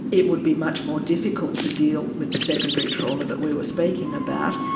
it would be much more difficult to deal with the secondary trauma that we were speaking about.